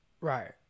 Right